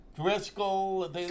Driscoll